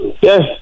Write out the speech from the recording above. Yes